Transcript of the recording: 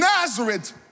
Nazareth